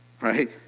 right